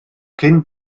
cyn